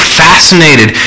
fascinated